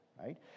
right